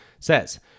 Says